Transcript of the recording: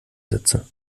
sätze